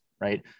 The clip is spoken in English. right